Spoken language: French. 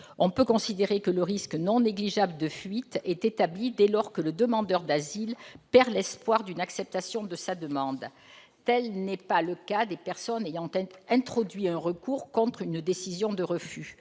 On peut considérer que le risque non négligeable de fuite est établi dès lors que le demandeur d'asile perd l'espoir d'une acceptation de sa demande. Tel n'est pas le cas des personnes ayant introduit un recours contre une décision de refus.